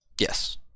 Yes